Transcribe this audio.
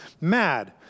mad